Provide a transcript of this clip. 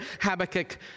Habakkuk